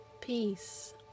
Peace